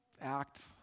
act